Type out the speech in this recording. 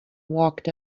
walked